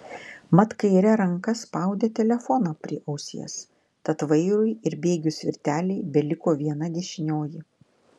mat kaire ranka spaudė telefoną prie ausies tad vairui ir bėgių svirtelei beliko viena dešinioji